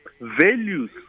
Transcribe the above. values